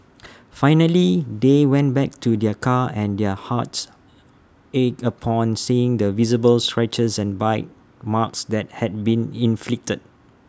finally they went back to their car and their hearts ached upon seeing the visible scratches and bite marks that had been inflicted